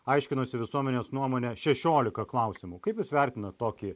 aiškinosi visuomenės nuomonę šešiolika klausimų kaip jūs vertinate tokį